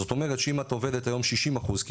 זאת אומרת שאם את עובדת היום 60 אחוז,